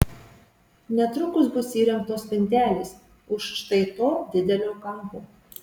netrukus bus įrengtos spintelės už štai to didelio kampo